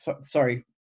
sorry